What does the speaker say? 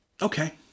Okay